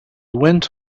went